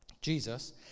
Jesus